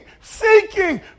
seeking